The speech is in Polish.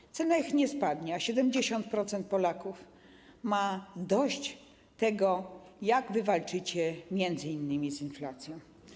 Ich cena nie spadnie, a 70% Polaków ma dość tego, jak wy walczycie m.in. z inflacją.